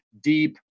deep